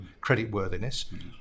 creditworthiness